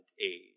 age